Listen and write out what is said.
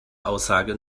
aussage